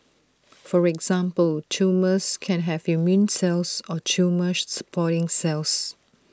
for example tumours can have immune cells or tumour supporting cells